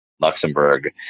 Luxembourg